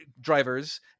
drivers